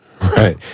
Right